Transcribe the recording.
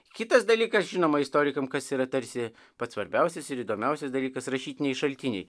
kitas dalykas žinoma istorikams kas yra tarsi pats svarbiausias ir įdomiausias dalykas rašytiniai šaltiniai